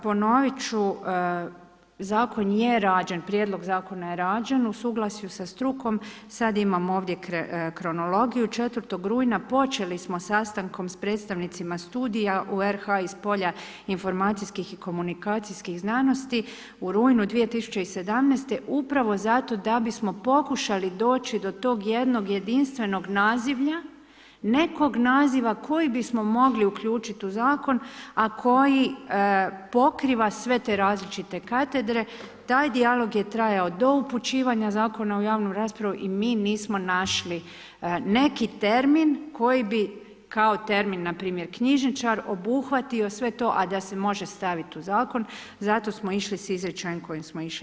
Ponoviti ću zakon je rađen, prijedlog zakona je rađen u suglasju sa strukom, sada imamo ovdje kronologiju, 4. rujna počeli smo sastankom sa predstavnicima studija u RH iz polja informacijskih i komunikacijskih znanosti u rujnu 2017. upravo zato da bismo pokušali doći do tog jednog jedinstvenog nazivlja, nekog nazivlja koji bismo mogli uključiti u zakon a koji pokriva sve te različite katedre, taj dijalog je trajao do upućivanja Zakona u javnu raspravu i mi nismo našli neki termin koji bi kao termin npr. knjižničar obuhvatio sve to a da se može staviti u zakon, zato smo išli sa izričajem s kojim smo išli.